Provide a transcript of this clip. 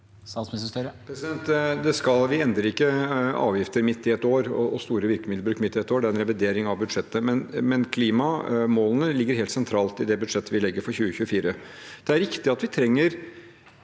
Vi end- rer ikke avgifter og stor virkemiddelbruk midt i et år. Det er en revidering av budsjettet. Men klimamålene ligger helt sentralt i det budsjettet vi legger for 2024. Det er riktig at vi trenger